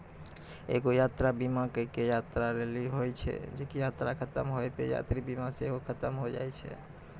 एगो यात्रा बीमा एक्के यात्रा लेली होय छै जे की यात्रा खतम होय पे यात्रा बीमा सेहो खतम होय जाय छै